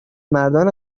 مردان